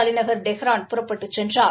தலைநகர் டெஹ்ரான் புறப்பட்டுச் சென்றார்